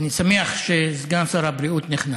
אני שמח שסגן שר הבריאות נכנס.